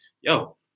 yo